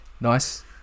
Nice